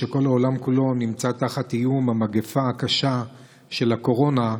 כשכל העולם כולו נמצא תחת איום המגפה הקשה של הקורונה,